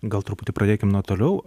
gal truputį pradėkim nuo toliau